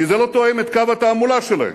כי זה לא תואם את קו התעמולה שלהם.